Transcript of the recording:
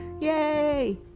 Yay